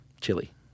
Chili